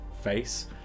face